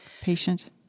patient